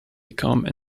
become